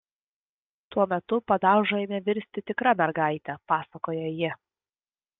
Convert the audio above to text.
tuo metu padauža ėmė virsti tikra mergaite pasakoja ji